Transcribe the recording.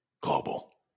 global